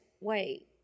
wait